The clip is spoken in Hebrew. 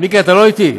מיקי, אתה לא איתי.